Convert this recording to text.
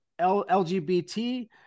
LGBT